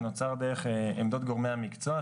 זה נוצר דרך עמדות גורמי המקצוע,